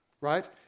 right